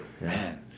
man